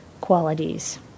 qualities